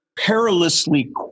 perilously